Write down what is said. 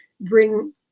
bring